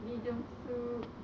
bi geong su